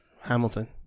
Hamilton